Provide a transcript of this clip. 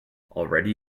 already